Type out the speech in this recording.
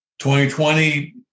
2020